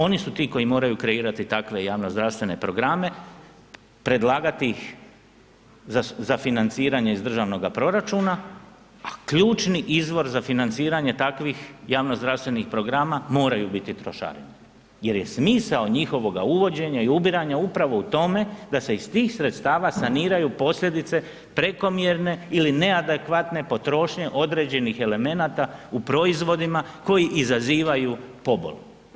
Oni su ti koji moraju kreirati takve javnozdravstvene programe, predlagati ih za financiranje iz državnog proračuna, a ključni izvor za financiranje takvih javnozdravstvenih programa moraju biti trošarine jer je smisao njihovog uvođenja i ubiranja upravo u tome da se iz tih sredstava saniraju posljedice prekomjerne ili neadekvatne potrošnje određenih elemenata u proizvodima koji izazivaju pobol.